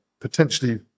potentially